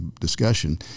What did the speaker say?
discussion